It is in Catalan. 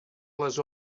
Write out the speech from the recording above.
les